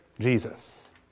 Jesus